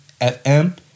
FM